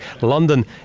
London